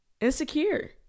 Insecure